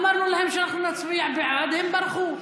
אמרנו להם שאנחנו נצביע בעד, הם ברחו.